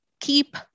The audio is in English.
keep